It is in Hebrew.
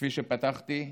כפי שפתחתי,